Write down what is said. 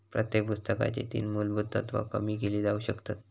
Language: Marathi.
प्रत्येक पुस्तकाची तीन मुलभुत तत्त्वा कमी केली जाउ शकतत